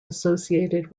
associated